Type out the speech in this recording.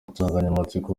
insanganyamatsiko